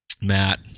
Matt